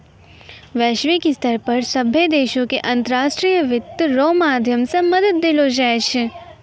वैश्विक स्तर पर सभ्भे देशो के अन्तर्राष्ट्रीय वित्त रो माध्यम से मदद देलो जाय छै